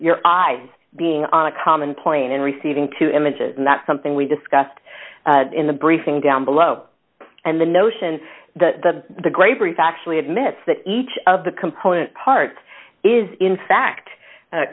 your eyes being on a common point and receiving two images and that's something we discussed in the briefing down below and the notion the the gray brief actually admits that each of the component parts is in fact